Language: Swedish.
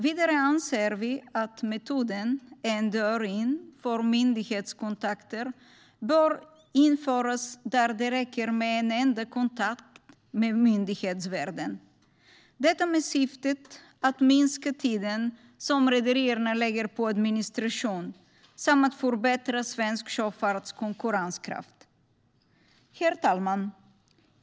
Vidare anser vi att metoden "En dörr in" för myndighetskontakter bör införas där det räcker med en enda kontakt med myndighetsvärlden, detta i syfte att minska tiden som rederierna lägger på administration samt att förbättra svensk sjöfarts konkurrenskraft. Herr talman!